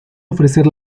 ofrecer